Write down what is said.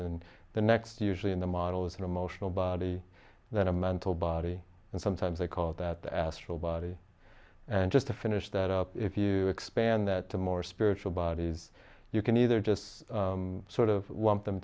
and the next usually in the model is an emotional body then a mental body and sometimes i call that the astral body and just to finish that up if you expand that to more spiritual bodies you can either just sort of lump them